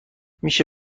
میشه